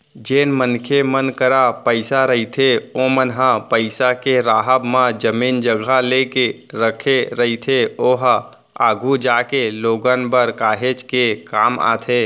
जेन मनखे मन करा पइसा रहिथे ओमन ह पइसा के राहब म जमीन जघा लेके रखे रहिथे ओहा आघु जागे लोगन बर काहेच के काम आथे